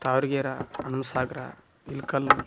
ತಾವ್ರ್ಗೆರ ಅನುಸಾಗ್ರ ಹಿಲ್ಕಲ್ಲು